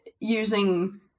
using